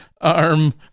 arm